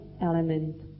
element